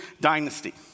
dynasty